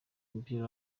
umupira